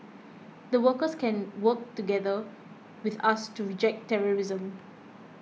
the workers can work together with us to reject terrorism